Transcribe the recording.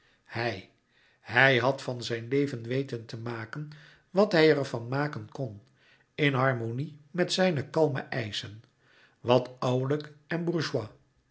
hij hij had van zijn leven weten te maken wat hij ervan maken kon in harmonie met zijne kalme eischen wat ouwelijk en